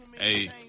Hey